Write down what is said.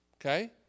Okay